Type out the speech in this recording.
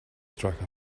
strike